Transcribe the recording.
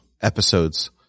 episodes